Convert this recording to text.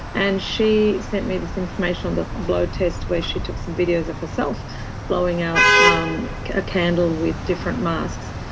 and she sent me this information on the blow test where she took some videos of herself blowing out um a candle with different masks.